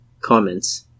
Comments